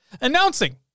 announcing